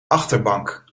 achterbank